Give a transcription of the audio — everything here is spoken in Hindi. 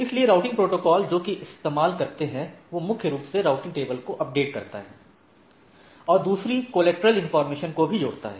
इसलिए राउटिंग प्रोटोकॉल जो कि इस्तेमाल करते हैं वोह मुख्य रूप से राउटिंग टेबल को अपडेट करता है और दूसरी कोलेटरल इनफार्मेशन को भी जोड़ता है